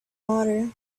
water